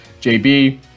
JB